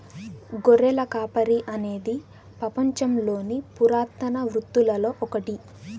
గొర్రెల కాపరి అనేది పపంచంలోని పురాతన వృత్తులలో ఒకటి